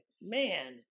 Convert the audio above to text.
Man